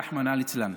רחמנא ליצלן.